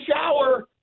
shower